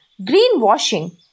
Greenwashing